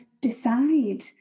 decide